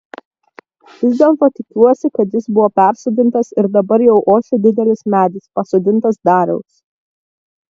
vis dėlto tikiuosi kad jis buvo persodintas ir dabar jau ošia didelis medis pasodintas dariaus